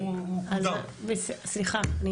סליחה.